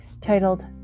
titled